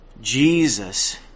Jesus